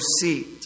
seat